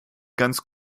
ganz